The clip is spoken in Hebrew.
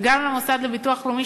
וגם למוסד לביטוח לאומי,